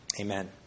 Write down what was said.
Amen